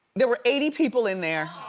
there were eighty people in there.